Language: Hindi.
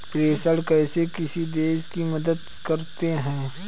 प्रेषण कैसे किसी देश की मदद करते हैं?